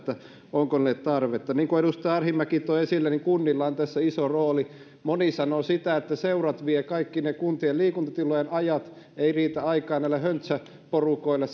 onko niille tarvetta niin kuin edustaja arhinmäki toi esille kunnilla on tässä iso rooli moni sanoo sitä että seurat vievät kaikki kuntien liikuntatilojen ajat ei riitä aikaa näille höntsäporukoille